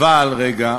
רגע.